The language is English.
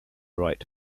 right